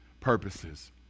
purposes